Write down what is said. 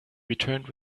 returned